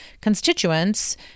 constituents